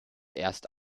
erst